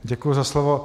Děkuji za slovo.